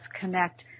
connect